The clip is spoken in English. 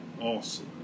awesome